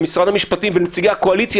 נציגי משרד המשפטים ונציגי הקואליציה,